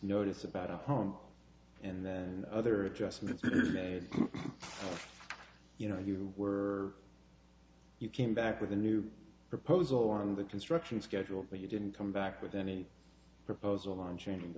notice about home and then other adjustments made you know you were you came back with a new proposal on the construction schedule but you didn't come back with any proposal on cha